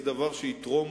זה משהו שיתרום